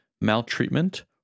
Maltreatment